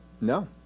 No